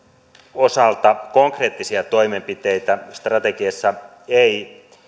osalta konkreettisia toimenpiteitä strategiassa ei